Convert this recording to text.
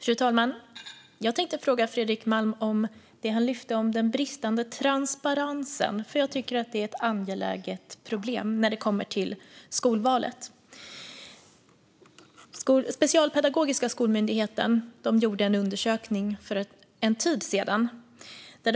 Fru talman! Jag tänkte fråga Fredrik Malm om den bristande transparensen, för jag tycker att den är ett problem i skolvalet. Specialpedagogiska skolmyndigheten gjorde för en tid sedan en undersökning.